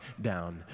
down